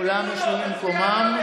כולם יושבים במקום.